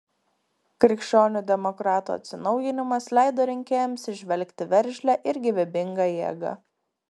krikščionių demokratų atsinaujinimas leido rinkėjams įžvelgti veržlią ir gyvybingą jėgą